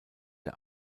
der